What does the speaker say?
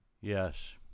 Yes